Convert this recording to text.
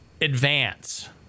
advance